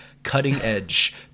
Cutting-edge